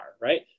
right